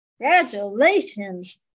Congratulations